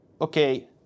okay